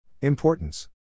Importance